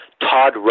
Todd